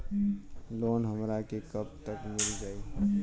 Loan हमरा के कब तक मिल जाई?